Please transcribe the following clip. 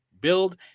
build